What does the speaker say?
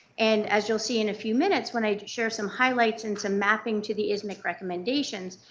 and as you will see in a few minutes, when i share some highlights and some mapping to the ismicc recommendations,